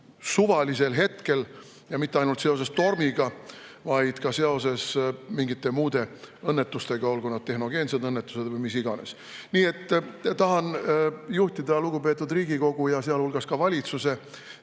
suvalisel hetkel ja mitte ainult seoses tormiga, vaid ka seoses mingite muude õnnetustega, olgu tehnogeensed õnnetused või mis iganes. Nii et tahan juhtida lugupeetud Riigikogu ja ka valitsuse